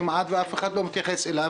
כמעט אף אחד לא מתייחס אליו,